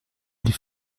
les